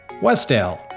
Westdale